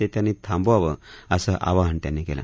ते त्यांनी थांबवावं असं आवाहन त्यांनी केलं